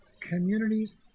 communities